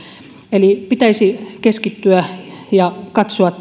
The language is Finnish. eli pitäisi tietysti keskittyä ja katsoa